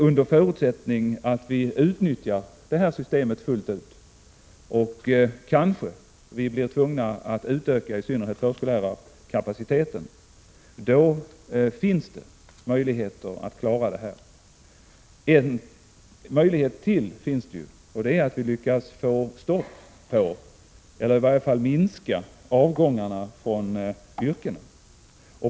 Under förutsättning att vi utnyttjar systemet fullt ut — och vi blir kanske tvungna att utöka i synnerhet förskollärarkapaciteten — finns det en möjlighet att klara åtagandet, Det finns en möjlighet till, och det är att vi lyckas få stopp på — eller i varje fall minska — avgången från yrkena.